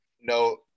No